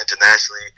internationally